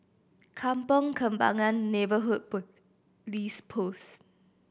Kampong Kembangan Neighbourhood Post